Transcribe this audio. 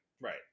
right